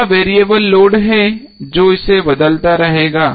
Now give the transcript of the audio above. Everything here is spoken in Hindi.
यह वेरिएबल लोड है जो इसे बदलता रहेगा